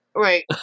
Right